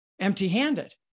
empty-handed